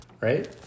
right